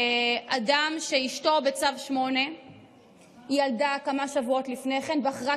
אדם שאשתו בצו 8. היא ילדה כמה שבועות לפני כן ובחרה